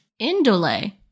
Indole